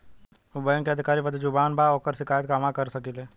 उ बैंक के अधिकारी बद्जुबान बा ओकर शिकायत कहवाँ कर सकी ले